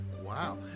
wow